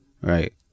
right